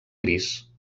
gris